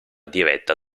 diretta